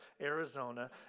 Arizona